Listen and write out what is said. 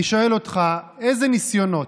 איזה ניסיונות,